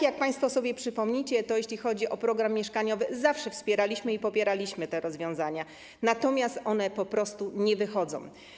Jak państwo sobie przypominacie, jeśli chodzi o program mieszkaniowy, zawsze wspieraliśmy i popieraliśmy różne rozwiązania, natomiast to po prostu nie wychodzi.